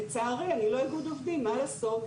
לצערי אני לא איגוד עובדים, מה לעשות?